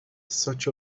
such